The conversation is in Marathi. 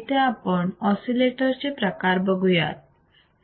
इथे आपण ऑसिलेटर चे प्रकार बघुयात